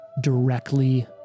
directly